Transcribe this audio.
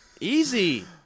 Easy